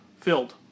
filled